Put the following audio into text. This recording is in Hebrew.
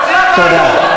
תודה.